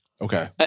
Okay